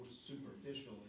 superficially